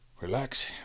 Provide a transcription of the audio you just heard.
relax